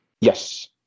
Yes